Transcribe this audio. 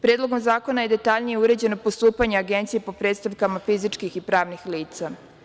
Predlogom zakona je detaljnije uređeno postupanje Agencije po predstavkama fizičkih i pravnih lica.